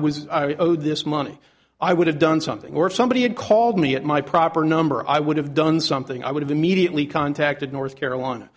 was this money i would have done something or somebody had called me at my proper number i would have done something i would have immediately contacted north carolina